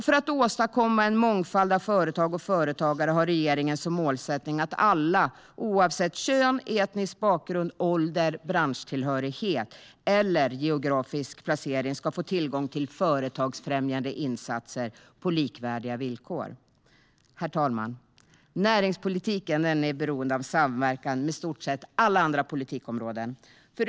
För att åstadkomma en mångfald av företag och företagare har regeringen som målsättning att alla oavsett kön, etnisk bakgrund, ålder, branschtillhörighet och geografisk placering ska få tillgång till företagsfrämjande insatser på likvärdiga villkor. Herr talman! Näringspolitiken är beroende av samverkan med i stort sett alla andra politikområden.